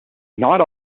not